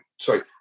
sorry